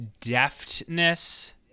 deftness